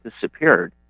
disappeared